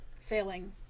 failing